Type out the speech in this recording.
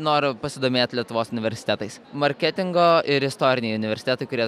noriu pasidomėt lietuvos universitetais marketingo ir istoriniai universitetai kurie